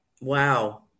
Wow